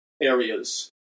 areas